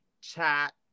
chat